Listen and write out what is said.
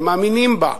הם מאמינים בה,